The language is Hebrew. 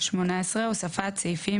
הוספת סעיפים